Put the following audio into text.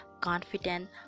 confident